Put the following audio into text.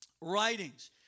writings